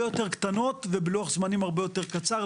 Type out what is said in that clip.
יותר קטנות ובלוח זמנים הרבה יותר קצר.